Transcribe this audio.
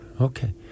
Okay